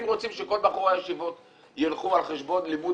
אם רוצים שכל בחורי הישיבות יילכו על חשבון לימוד